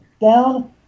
down